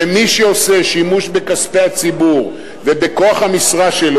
שמי שעושה שימוש בכספי הציבור ובכוח המשרה שלו